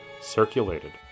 circulated